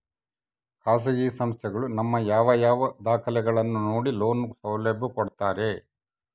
ಖಾಸಗಿ ಸಂಸ್ಥೆಗಳು ನಮ್ಮ ಯಾವ ಯಾವ ದಾಖಲೆಗಳನ್ನು ನೋಡಿ ಲೋನ್ ಸೌಲಭ್ಯ ಕೊಡ್ತಾರೆ?